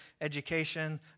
education